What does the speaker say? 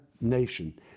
nation